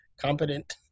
competent